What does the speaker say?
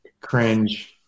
Cringe